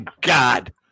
God